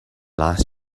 last